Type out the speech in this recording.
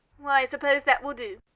well, i suppose that will do.